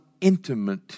intimate